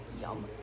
Yum